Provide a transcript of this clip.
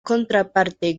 contraparte